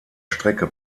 strecke